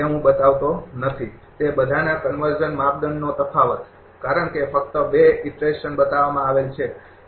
હું તે બતાવતો નથી તે બધાના કન્વર્ઝન માપદંડનો તફાવત કારણ કે ફક્ત ૨ ઈટરેશન બતાવવામાં આવેલ છે